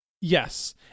yes